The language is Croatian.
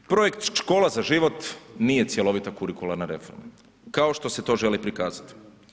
Projekt Škola za život nije cjelovita kurikularna reforma kao što se to želi prikazati.